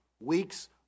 weeks